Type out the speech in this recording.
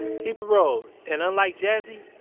he paroled and unlike jassy,